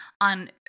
on